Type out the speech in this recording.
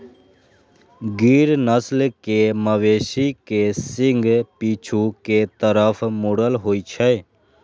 गिर नस्ल के मवेशी के सींग पीछू के तरफ मुड़ल होइ छै